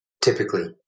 Typically